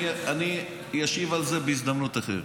אני אשיב על זה בהזדמנות אחרת.